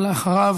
ואחריו,